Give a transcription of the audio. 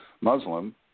Muslim